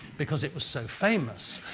because it was so famous.